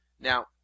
Now